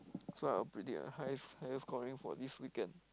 so I will predict a highest scoring higher scoring for this weekend